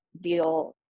deal